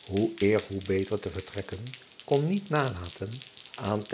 hoe eer zoo beter te vertrekken kon niet nalaten aan